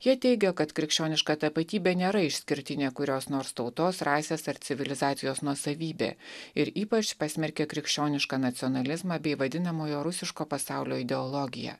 jie teigia kad krikščioniška tapatybė nėra išskirtinė kurios nors tautos rasės ar civilizacijos nuosavybė ir ypač pasmerkė krikščionišką nacionalizmą bei vadinamojo rusiško pasaulio ideologiją